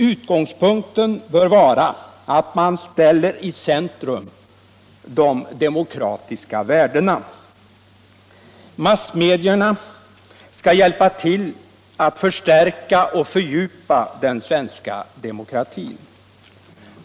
Utgångspunkten bör vara att man ställer de demokratiska värdena i centrum. Massmedierna skall hjälpa till att förstärka och fördjupa den svenska demokratin.